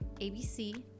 ABC